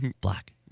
black